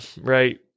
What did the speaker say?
right